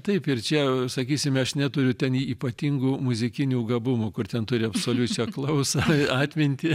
taip ir čia sakysime aš neturiu ten ypatingų muzikinių gabumų kur ten turi absoliučią klausą atmintį